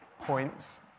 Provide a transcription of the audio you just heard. points